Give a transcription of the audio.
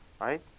Right